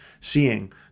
seeing